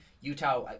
utah